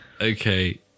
Okay